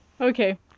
Okay